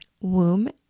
womb